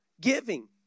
giving